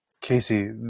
Casey